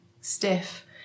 stiff